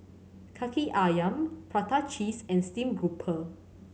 Kaki Ayam prata cheese and steamed grouper